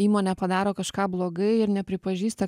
įmonė padaro kažką blogai ir nepripažįsta